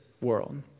world